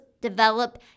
develop